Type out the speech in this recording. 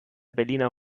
berliner